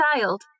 child